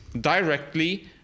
directly